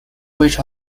which